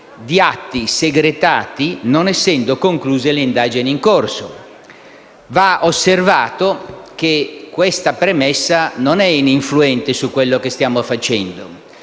di atti segretati, non essendo concluse le indagini in corso. Va osservato che questa premessa non è ininfluente su quello che stiamo facendo